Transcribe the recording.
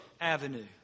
avenue